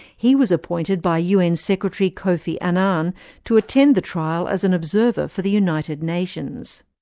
he was appointed by un secretary-general kofi annan to attend the trial as an observer for the united nations.